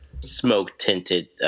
smoke-tinted